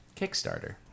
Kickstarter